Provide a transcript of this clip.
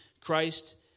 Christ